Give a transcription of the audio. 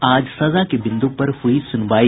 आज सजा के बिंद्र पर हुई सुनवाई